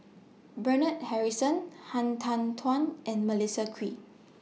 Bernard Harrison Han Tan Tuan and Melissa Kwee